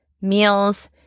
meals